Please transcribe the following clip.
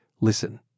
listen